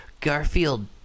Garfield